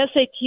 SAT